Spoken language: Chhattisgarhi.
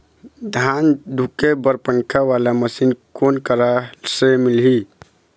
धान धुके बर पंखा वाला मशीन कोन करा से मिलही?